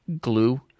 glue